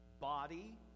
body